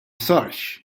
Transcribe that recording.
sarx